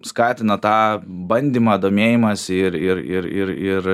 skatina tą bandymą domėjimąsi ir ir ir ir ir